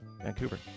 Vancouver